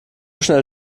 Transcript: schnell